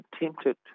attempted